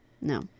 No